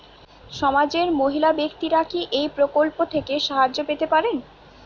সমাজের মহিলা ব্যাক্তিরা কি এই প্রকল্প থেকে সাহায্য পেতে পারেন?